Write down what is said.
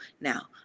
Now